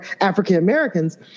African-Americans